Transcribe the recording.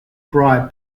bribe